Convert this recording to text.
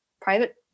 private